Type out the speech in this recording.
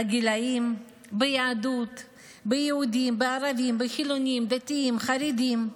הגילים, ביהודים, בערבים, בחילונים, דתיים, חרדים.